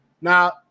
Now